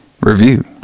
review